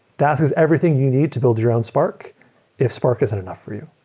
dask is everything you need to build your own spark if spark isn't enough for you